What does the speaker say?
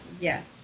Yes